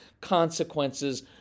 consequences